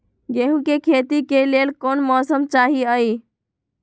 गेंहू के खेती के लेल कोन मौसम चाही अई?